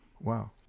Wow